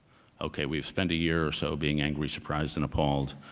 okay, we've spent a year or so being angry, surprised, and appalled.